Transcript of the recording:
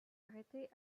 arrêtés